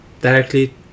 directly